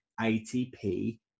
ATP